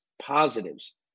positives